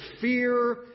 fear